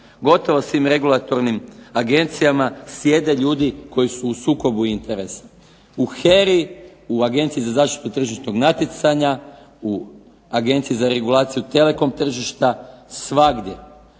gotovo svim regulatornim agencijama sjede ljudi koji su u sukobu interesa. U HERA-i, u Agenciji za zaštitu tržišnog natjecanja, u Agenciji za regulaciju telekom tržišta, svagdje,